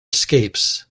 escapes